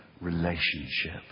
relationship